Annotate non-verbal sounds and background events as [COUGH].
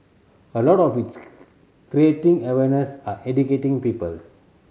a lot of its [NOISE] creating awareness and educating people